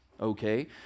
Okay